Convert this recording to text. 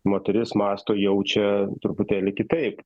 moteris mąsto jaučia truputėlį kitaip